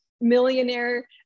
millionaire